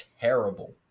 terrible